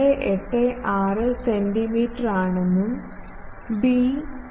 286 സെന്റിമീറ്ററാണെന്നും ബി 0